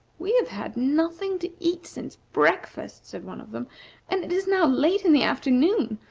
we have had nothing to eat since breakfast, said one of them and it is now late in the afternoon.